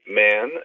man